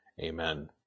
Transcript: Amen